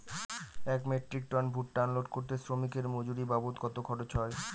এক metric ton ভুট্টা unload করতে শ্রমিকের মজুরি বাবদ কত খরচ হয়?